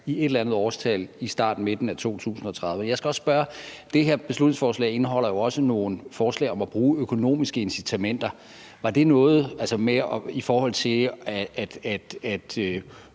i et eller andet årstal i starten eller midten af 2030'erne. Jeg skal også spørge om noget andet, for det her beslutningsforslag indeholder jo også nogle forslag om at bruge økonomiske incitamenter for at øge lægedækningen